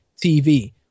TV